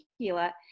tequila